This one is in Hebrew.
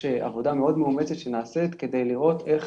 עבודה מאומצת מאוד שנעשית כדי לראות איך